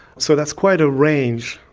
so that's quite a range,